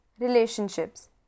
relationships